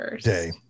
day